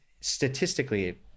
statistically